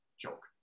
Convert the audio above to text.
joke